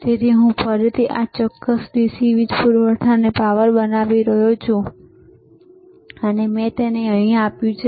તેથી હું ફરીથી આ ચોક્કસ DC વીજ પૂરવઠાને પાવર આપી રહ્યો છું અને મેં તેને અહીં આપ્યું છે